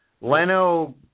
Leno